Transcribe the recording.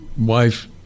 wife